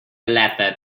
letter